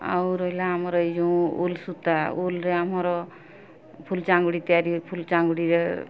ଆଉ ରହିଲା ଆମର ଏଇ ଯେଉଁ ଉଲ୍ ସୂତା ଉଲ୍ରେ ଆମର ଫୁଲ୍ ଚାଙ୍ଗୁଡ଼ି ତିଆରି ଫୁଲ ଚାଙ୍ଗୁଡ଼ିରେ